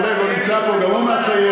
עמר בר-לב, הוא נמצא פה, וגם הוא מהסיירת.